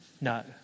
No